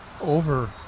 over